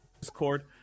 Discord